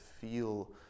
feel